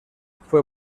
fue